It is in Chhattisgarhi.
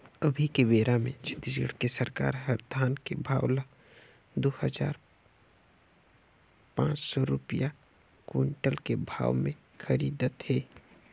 अभी के बेरा मे छत्तीसगढ़ के सरकार हर धान के भाव ल दू हजार पाँच सौ रूपिया कोंटल के भाव मे खरीदत हे